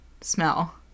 Smell